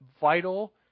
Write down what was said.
vital